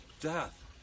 death